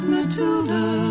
Matilda